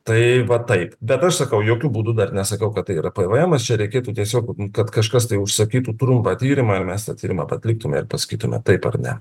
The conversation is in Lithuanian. tai va taip bet aš sakau jokiu būdu dar nesakau kad tai yra pvemas čia reikėtų tiesiog kad kažkas tai užsakytų trumpą tyrimą ir mes tą tyrimą atliktume ir pasakytume taip ar ne